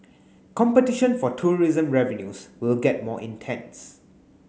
competition for tourism revenues will get more intense